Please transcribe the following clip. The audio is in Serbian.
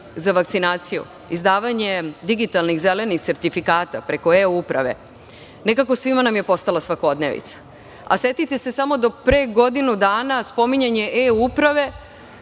za vakcinaciju, izdavanje digitalnih zelenih sertifikata preko e-uprave, nekako svima nam je postala svakodnevnica, a setite se samo do pre godinu dana spominjanje e-uprave